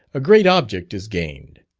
a great object is gained.